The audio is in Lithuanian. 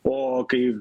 o kai